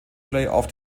playoff